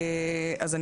אז,